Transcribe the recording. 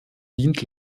dient